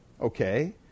Okay